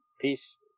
Peace